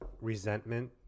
resentment